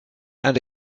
and